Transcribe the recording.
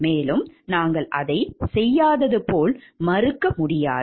மேலும் நாங்கள் அதைச் செய்யாதது போல் மறுக்க முடியாது